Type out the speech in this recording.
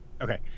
Okay